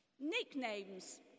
Nicknames